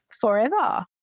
forever